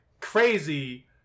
Crazy